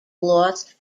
lost